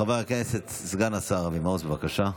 חבר הכנסת סגן השר אבי מעוז, בבקשה.